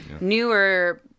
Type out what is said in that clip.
newer